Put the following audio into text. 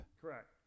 Correct